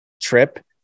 trip